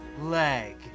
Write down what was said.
leg